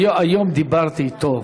היום דיברתי אתו,